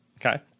okay